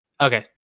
Okay